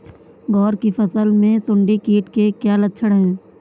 ग्वार की फसल में सुंडी कीट के क्या लक्षण है?